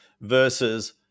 versus